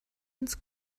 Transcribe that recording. ins